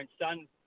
son